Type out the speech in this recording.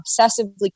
obsessively